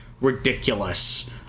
ridiculous